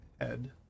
head